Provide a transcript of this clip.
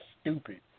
stupid